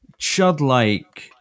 chud-like